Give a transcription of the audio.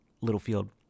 Littlefield